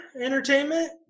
Entertainment